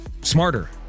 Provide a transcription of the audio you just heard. smarter